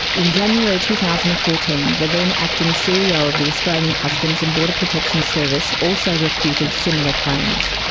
in january two thousand and fourteen the then acting ceo of the australian customs and border protection service also refuted similar claims.